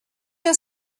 your